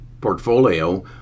portfolio